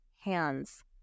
hands